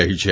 રહી છે